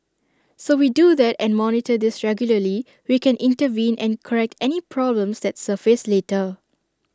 so we do that and monitor this regularly we can intervene and correct any problems that surface later